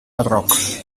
barrocs